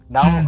Now